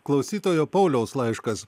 klausytojo pauliaus laiškas